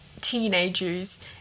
teenagers